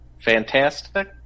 Fantastic